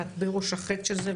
ואת בראש החץ של זה,